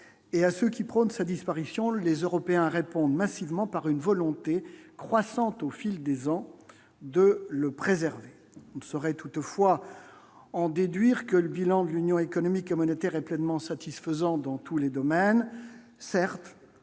et à ceux qui prônent sa disparition, les Européens répondent massivement par une volonté croissante au fil des ans de le préserver ne serait toutefois en déduire que le bilan de l'Union économique et monétaire est pleinement satisfaisant dans tous les domaines, certes